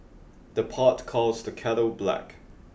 the pot calls the kettle black